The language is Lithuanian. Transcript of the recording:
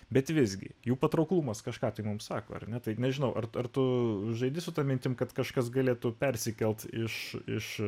bet visgi jų patrauklumas kažką tai mums sako ar ne taip nežinau ar tu žaidi su ta mintim kad kažkas galėtų persikelti iš iš